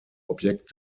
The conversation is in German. objekt